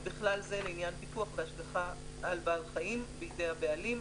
ובכלל זה לעניין פיקוח והשגחה על בעל חיים בידי הבעלים,